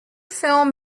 film